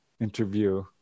interview